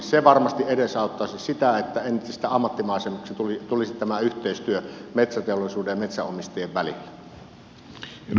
se varmasti edesauttaisi sitä että entistä ammattimaisemmaksi tulisi tämä yhteistyö metsäteollisuuden ja metsänomistajien välillä